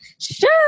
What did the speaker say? sure